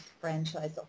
franchise